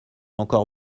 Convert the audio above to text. encore